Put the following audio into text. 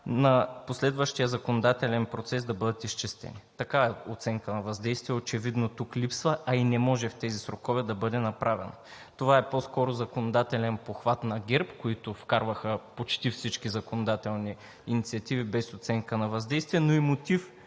на последващия законодателен процес да бъдат изчистени. Такава оценка на въздействие очевидно тук липсва, а и не може в тези срокове да бъде направена. Това е по-скоро законодателен похват на ГЕРБ, които вкарваха почти всички законодателни инициативи без оценка на въздействие, но и мотив,